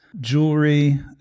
jewelry